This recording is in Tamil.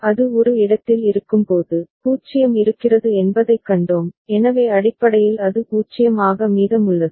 அது ஒரு இடத்தில் இருக்கும்போது 0 இருக்கிறது என்பதைக் கண்டோம் எனவே அடிப்படையில் அது 0 ஆக மீதமுள்ளது